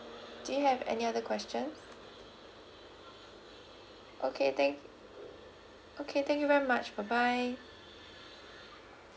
do you have any other question okay thank okay thank you very much bye bye